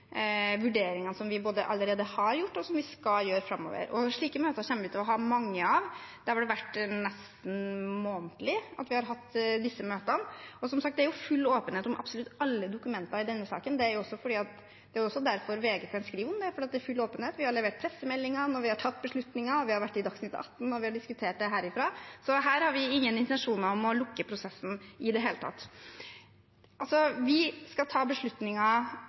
vurderingene vi allerede har gjort, og til de vi skal gjøre framover. Slike møter kommer vi til å ha mange av. Vi har hatt disse møtene nesten månedlig. Og som sagt er det full åpenhet om absolutt alle dokumenter i denne saken, det er derfor VG kan skrive om det – det er full åpenhet. Vi har levert pressemeldinger når vi har tatt beslutninger, vi har vært i Dagsnytt Atten når vi har diskutert det herfra. Så her har vi ingen intensjoner om å lukke prosessen i det hele tatt. Vi skal ta beslutninger